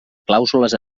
clàusules